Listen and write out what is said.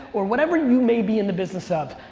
or whatever you may be in the business of.